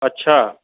अछा